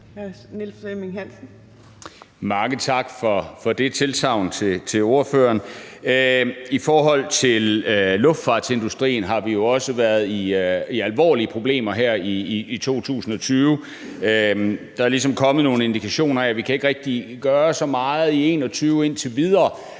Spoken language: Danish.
Mange tak til ordføreren for det tilsagn. I forhold til luftfartsindustrien har vi jo også været i alvorlige problemer her i 2020. Der er kommet nogle indikationer af, at vi ikke rigtig kan gøre så meget i 2021 indtil videre.